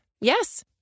Yes